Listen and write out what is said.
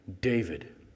David